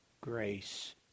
grace